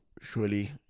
surely